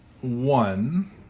One